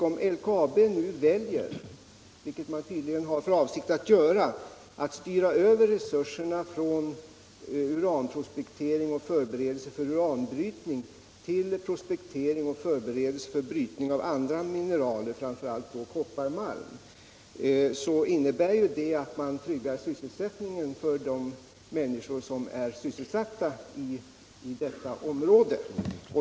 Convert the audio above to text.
Om LKAB nu väljer — vilket man tydligen har för avsikt att göra — att styra över resurserna från prospektering och förberedelser för uranbrytning till prospektering och förberedelser för brytning av andra mineral, framför allt kopparmalm, innebär det att man tryggar sysselsättningen för människorna i detta område.